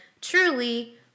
truly